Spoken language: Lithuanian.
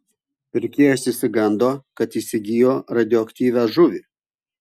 pirkėjas išsigando kad įsigijo radioaktyvią žuvį